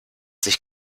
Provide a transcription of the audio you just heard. sich